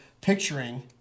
picturing